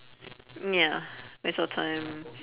ya waste of time